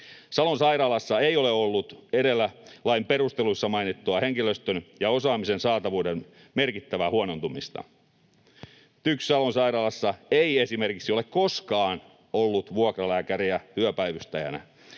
Salon sairaalassa ei ole ollut edellä lain perusteluissa mainittua henkilöstön ja osaamisen saatavuuden merkittävää huonontumista. TYKS Salon sairaalassa ei esimerkiksi ole koskaan ollut vuokralääkäriä yöpäivystäjänä.